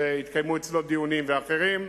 שהתקיימו אצלו דיונים, ואחרים,